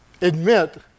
admit